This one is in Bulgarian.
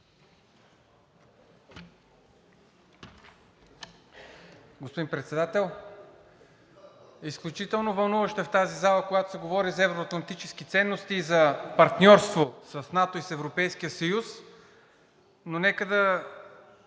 Господин Председател, изключително вълнуващо е в тази зала, когато се говори за евро-атлантически ценности и за партньорство с НАТО и с Европейския съюз, но нека да